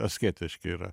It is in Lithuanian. asketiški yra